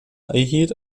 erhielt